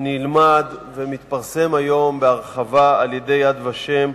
נלמד ומתפרסם היום בהרחבה על-ידי "יד ושם",